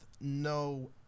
no